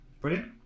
Brilliant